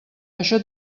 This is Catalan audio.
això